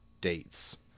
dates